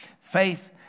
Faith